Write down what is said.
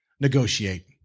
Negotiate